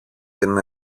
την